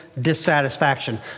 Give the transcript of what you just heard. dissatisfaction